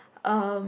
um